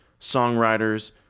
songwriters